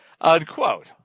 Unquote